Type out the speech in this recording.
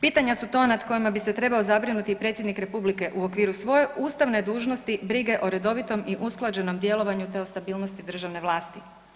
Pitanja su to nad kojima bi se trebao zabrinuti i predsjednik Republike u okviru svoje ustavne dužnosti brige o redovitom i usklađenom djelovanju te o stabilnosti državne vlasti.